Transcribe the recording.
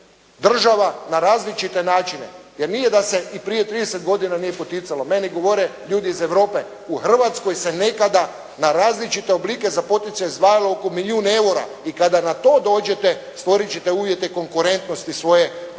država na različite načine. Jer nije da se i prije 30 godina nije poticalo, meni govore ljudi iz Europe, u Hrvatskoj se nekada na različite oblike za poticaj izdvajalo oko milijun eura. I kada na to dođete stvoriti ćete uvjete konkurentnosti svoje poljoprivrede